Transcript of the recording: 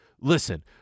Listen